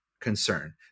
concern